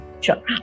sure